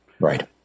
Right